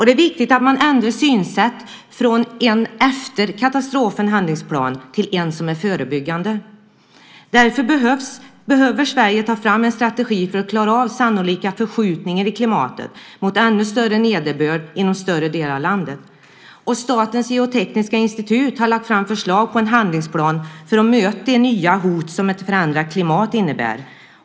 Det är viktigt att man ändrar synsätt från en efter-katastrofen-handlingsplan till en som är förebyggande. Därför behöver Sverige ta fram en strategi för att klara av de sannolika förskjutningarna i klimatet mot ännu större nederbörd inom större delar av landet. Statens geotekniska institut har lagt fram förslag på en handlingsplan för att möta de nya hot som ett förändrat klimat innebär.